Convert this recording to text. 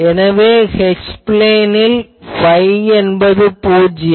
எனவே H பிளேனில் phi என்பது பூஜ்யம்